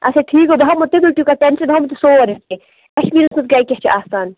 اچھا ٹھیٖک گوٚو بہٕ ہاوہَو تُہۍ بہٕ تُہۍ کٔرِو ٹِکَٹ کینسٕل بہٕ ہاوہَو سورُے کیٚنٛہہ کَشمیٖرس منٛز کیٛاہ کیٛاہ چھُ آسان